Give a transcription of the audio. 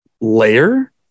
layer